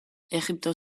egipto